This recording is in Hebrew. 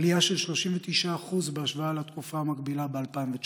עלייה של 39% בהשוואה לתקופה המקבילה ב-2019.